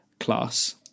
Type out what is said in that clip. class